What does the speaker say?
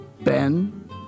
Ben